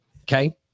Okay